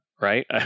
right